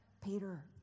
Peter